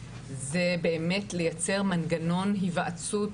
זה באמת לייצר מנגנון היוועצות